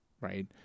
Right